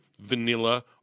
vanilla